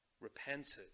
repented